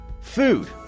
Food